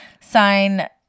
sign